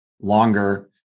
longer